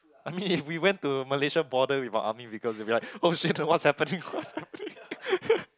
I mean if we went to Malaysia border with a army vehicle they be like oh shit what's happening what's happening